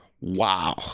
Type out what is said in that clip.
wow